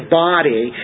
body